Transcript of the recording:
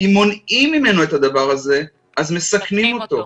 אם מונעים ממנו את הדבר הזה, אז מסכנים אותו.